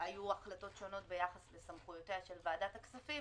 היו החלטות שונות ביחס לסמכויותיה של ועדת הכספים,